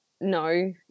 No